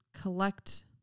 collect